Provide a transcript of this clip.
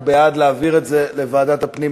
הוא בעד להעביר את זה לוועדת הפנים,